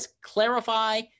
Clarify